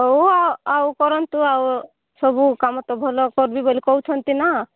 ହଉ ଆଉ କରନ୍ତୁ ଆଉ ସବୁ କାମ ତ ଭଲ କରିବେ ବୋଲି କହୁଛନ୍ତି ନା